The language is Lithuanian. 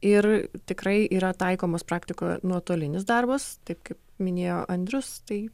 ir tikrai yra taikomos praktikoje nuotolinis darbas tai kaip minėjo andrius tai